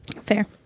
fair